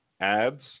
ads